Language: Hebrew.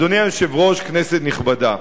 אדוני היושב-ראש, כנסת נכבדה,